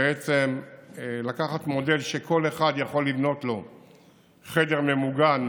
בעצם לקחת מודל שכל אחד יכול לבנות לו חדר ממוגן,